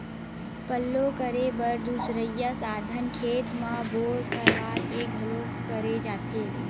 पल्लो करे बर दुसरइया साधन खेत म बोर करवा के घलोक करे जाथे